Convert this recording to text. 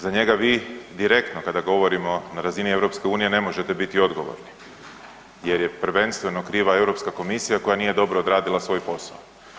Za njega vi direktno, kada govorimo na razini EU ne možete biti odgovorni jer je prvenstveno kriva EU komisija koja nije dobro odradila svoj posao.